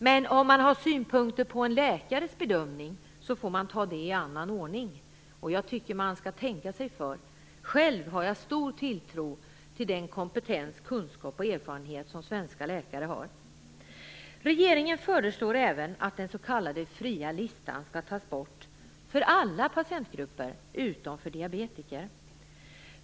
Men om man har synpunkter på en läkares bedömning får man ta det i en annan ordning. Jag tycker man skall tänka sig för. Själv har jag stor tilltro till den kompetens, kunskap och erfarenhet som svenska läkare har. Regeringen föreslår även att den s.k. fria listan skall tas bort för alla patientgrupper utom för diabetiker.